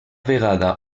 vegada